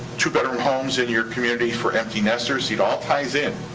two-bedroom homes in your community for empty nesters. see, it all ties in.